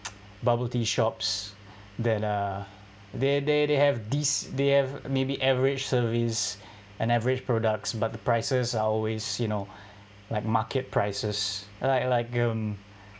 bubble tea shops that uh they they they have this they have maybe average service and average products but the prices are always you know like market prices like like um